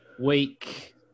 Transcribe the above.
Week